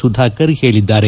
ಸುಧಾಕರ್ ಹೇಳಿದ್ದಾರೆ